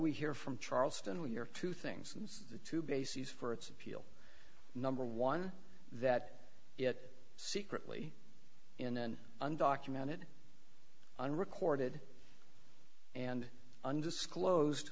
we hear from charleston we are two things the two bases for its appeal number one that it secretly in an undocumented unrecorded and undisclosed